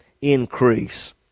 increase